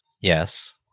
Yes